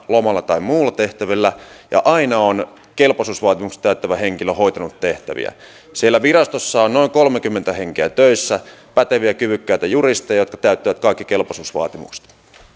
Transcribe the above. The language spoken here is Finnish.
lomalla tai muilla tehtävillä ja aina on kelpoisuusvaatimukset täyttävä henkilö hoitanut tehtäviä siellä virastossa on noin kolmekymmentä henkeä töissä päteviä kyvykkäitä juristeja jotka täyttävät kaikki kelpoisuusvaatimukset